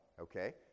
okay